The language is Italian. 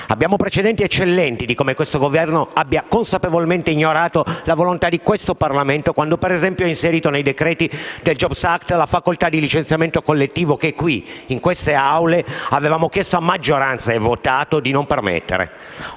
Abbiamo precedenti eccellenti di come questo Governo abbia consapevolmente ignorato la volontà di questo Parlamento, quando, per esempio, ha inserito nei decreti del *jobs act* la facoltà di licenziamento collettivo che qui, in queste Aule, avevamo chiesto a maggioranza (e votato) di non permettere.